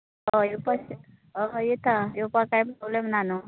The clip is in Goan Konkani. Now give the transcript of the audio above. हय येवपाश हय येता येवपाक कांय प्रॉब्लेम ना नू